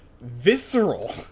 visceral